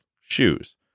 shoes